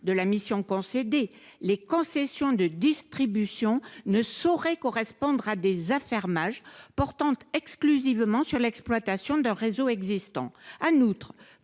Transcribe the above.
de la mission concédée, les concessions de distribution ne sauraient correspondre à des affermages portant exclusivement sur l’exploitation d’un réseau existant.